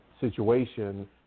situation